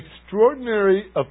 Extraordinary